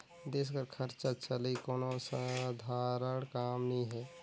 देस कर खरचा चलई कोनो सधारन काम नी हे